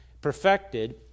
perfected